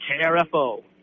KRFO